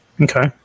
Okay